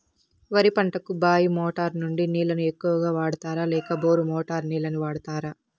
వరి పంటకు బాయి మోటారు నుండి నీళ్ళని ఎక్కువగా వాడుతారా లేక బోరు మోటారు నీళ్ళని వాడుతారా?